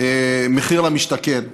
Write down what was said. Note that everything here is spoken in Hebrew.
לעניין המחיר למשתכן.